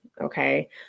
okay